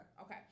Okay